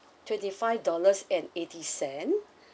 twenty five dollars and eighty cent